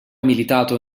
militato